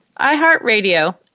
iHeartRadio